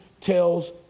tells